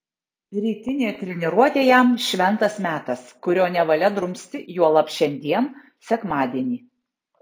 rytinė treniruotė jam šventas metas kurio nevalia drumsti juolab šiandien sekmadienį